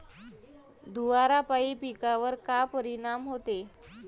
धुवारापाई पिकावर का परीनाम होते?